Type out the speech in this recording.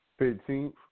15th